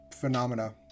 phenomena